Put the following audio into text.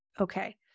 okay